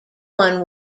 one